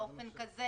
באופן כזה